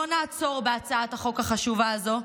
אנחנו לא נעצור בהצעת החוק החשובה הזאת,